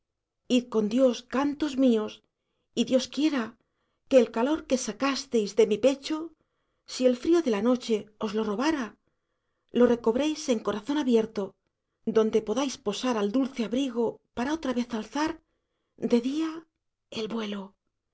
id con dios cantos míos y dios quiera que el calor que sacasteis de mi pecho si el frío de la noche os lo robara lo recobréis en corazón abierto donde podáis posar al dulce abrigo para otra vez alzar de día el vuelo